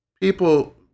people